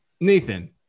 nathan